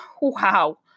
wow